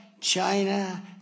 China